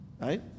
Right